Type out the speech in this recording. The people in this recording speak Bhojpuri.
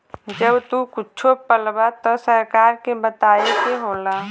जब तू कुच्छो पलबा त सरकार के बताए के होला